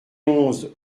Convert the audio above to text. onze